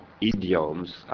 idioms